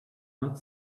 not